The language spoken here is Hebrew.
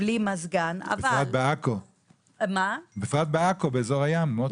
בפרט בעכו באזור הים מאוד חם.